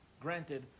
granted